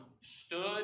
stood